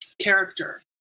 character